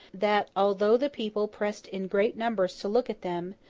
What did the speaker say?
that, although the people pressed in great numbers to look at them,